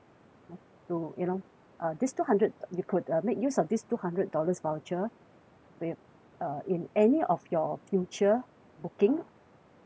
you know to you know uh this two hundred you could uh make use of this two hundred dollars voucher with uh in any of your future booking